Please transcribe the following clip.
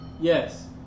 Yes